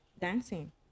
dancing